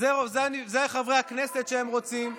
ואלה חברי הכנסת שהם רוצים.